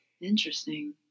interesting